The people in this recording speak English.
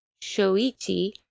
Shoichi